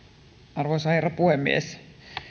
arvoisa herra puhemies on